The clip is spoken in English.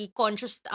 conscious